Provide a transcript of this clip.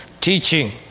teaching